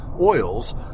oils